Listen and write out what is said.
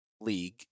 league